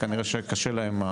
כנראה שקשה להם,